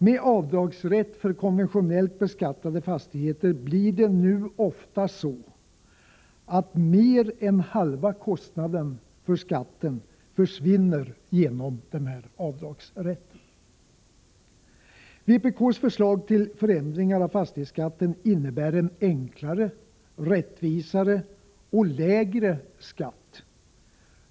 Med avdragsrätt för konventionellt beskattade fastigheter blir det nu ofta så, att mer än halva kostnaden för skatten försvinner genom avdragsrätten. Vpk:s förslag till förändringar av fastighetsskatten innebär en enklare, rättvisare och lägre skatt.